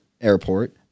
airport